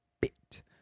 bit